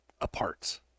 Apart